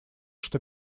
что